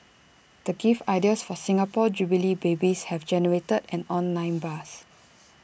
the gift ideas for Singapore jubilee babies have generated an online buzz